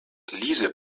liese